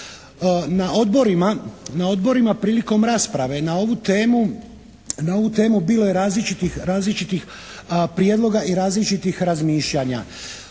Na odborima prilikom rasprave na ovu temu bilo je različitih prijedloga i različitih razmišljanja.